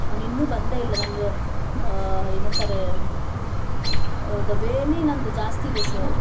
ಅವ್ನು ಇನ್ನು ಬಂದೇ ಇಲ್ಲ ನನ್ಗೆ ಏನಂತಾರೆ ದ ವೇನೇ ನನ್ನದು ಜಾಸ್ತಿ ಇದೆ ಸರ್